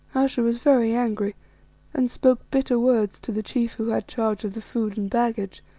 ayesha was very angry and spoke bitter words to the chief who had charge of the food and baggage,